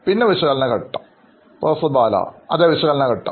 പിന്നെ വിശകലനഘട്ടം പ്രൊഫസർ ബാലഅതേ വിശകലന ഘട്ടം